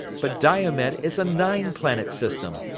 but diomed is a nine planet system.